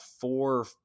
four